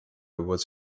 was